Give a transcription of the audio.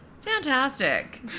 Fantastic